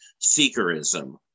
seekerism